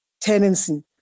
tenancy